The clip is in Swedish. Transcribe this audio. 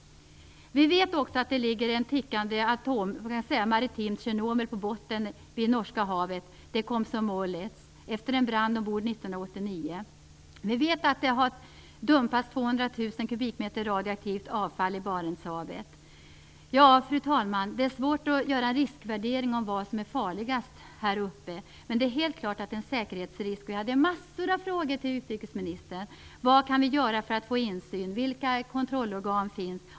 Vi vet också att atomubåten Komsomolets efter en brand ombord 1989 ligger som ett tickande maritimt Tjernobyl på botten i Norska havet. Vi vet att 200 000 m3 radioaktivt avfall har dumpats i Barents hav. Ja, fru talman, det är svårt att göra en riskvärdering av vad som är farligast i det här området. Helt klart är att det är fråga om en säkerhetsrisk. Jag hade massor av frågor till utrikesministern: Vad kan vi göra för att få insyn? Vilka kontrollorgan finns?